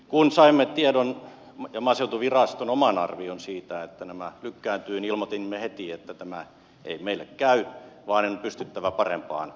kun saimme tiedon ja maaseutuviraston oman arvion siitä että nämä lykkääntyvät niin ilmoitimme heti että tämä ei meille käy vaan on pystyttävä parempaan